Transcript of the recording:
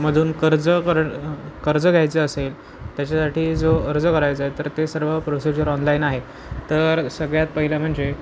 मधून कर्ज कर कर्ज घ्यायचं असेल त्याच्यासाठी जो अर्ज करायचा आहे तर ते सर्व प्रोसिजर ऑनलाईन आहे तर सगळ्यात पहिलं म्हणजे